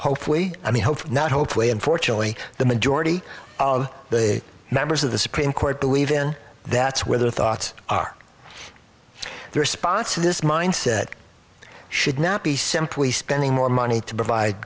hopefully i mean hope not hopefully unfortunately the majority of the members of the supreme court believe in that's where their thoughts are the response to this mindset should not be simply spending more money to provide